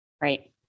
Right